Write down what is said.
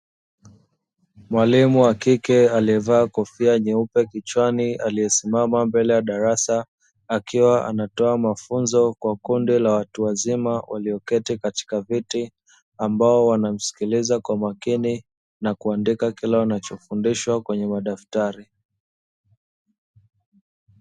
Mwalimu wa kike aliyevaa kofia nyeupe kichwani aliyesimama mbele ya darasa, akiwa anatoa mafunzo kwa watu wazima walioketi katika viti ambao wanamsikiliza kwa makini na kuandika kile wanachofundishwa kwenye madaftari.